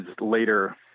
later